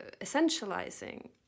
essentializing